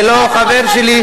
ולא חבר שלי,